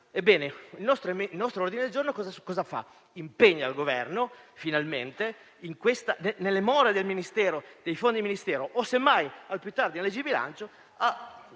Il nostro ordine giorno impegna il Governo finalmente, nelle more dei fondi del Ministero o, semmai, al più tardi nella legge di bilancio,